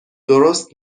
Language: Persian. درست